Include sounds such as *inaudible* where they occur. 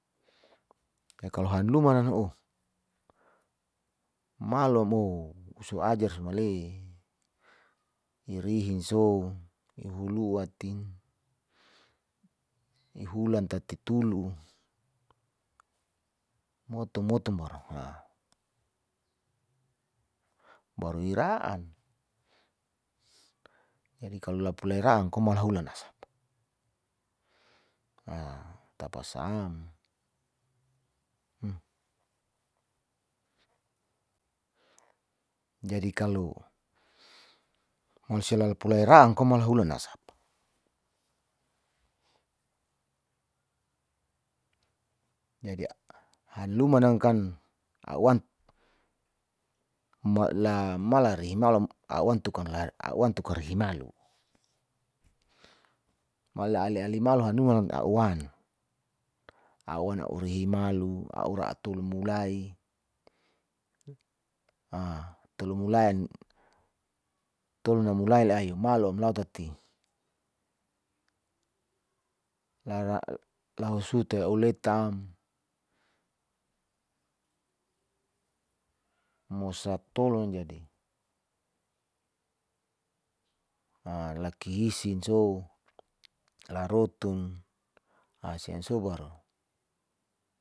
*noise* kalo hanluman oh malo amoh su ajar su male'e irihin sou ihuluatin, ihulan tati tulu, motom motom baru *hesitation* baru ira'an jadi kalo lapu lairaan ko mala hulan nasapa, tapa sa'am, jadi kalo mlu sia lalapu lai ra'ang ko mala hulan nasapa *hesitation* jadi hanloma nang kan a'u *hesitation* la marale himalom a'u wan tuka rehimalu mala aliali malo hanuan a'u wan a'u wan a'u rehi malu a'u ra'tolu mulai *hesitation* tolu mulan tolu namulai lai ahi malo amlao tati *hesitation* lahusuta a'u letam mosa polwan jadi *hesitation* laki hisin sou'u la rotun asian sobaru.